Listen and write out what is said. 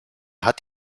hat